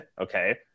okay